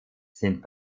sind